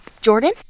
Jordan